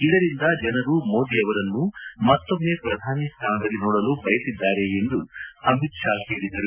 ಇದರಿಂದ ಜನರು ಮೋದಿ ಅವರನ್ನು ಮತ್ತೊಮ್ನೆ ಪ್ರಧಾನಿ ಸ್ಥಾನದಲ್ಲಿ ನೋಡಲು ಬಯಸಿದ್ದಾರೆ ಎಂದು ಅಮಿತ್ ಶಾ ತಿಳಿಸಿದರು